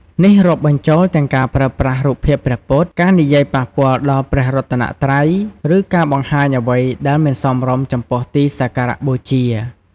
នេះរាប់បញ្ចូលទាំងការប្រើប្រាស់រូបភាពព្រះពុទ្ធ ការនិយាយប៉ះពាល់ដល់ព្រះរតនត្រ័យ ឬការបង្ហាញអ្វីដែលមិនសមរម្យចំពោះទីសក្ការបូជា។